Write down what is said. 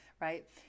right